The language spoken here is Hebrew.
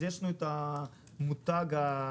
אז יש לנו מותג הנגב